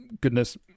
goodness